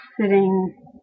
sitting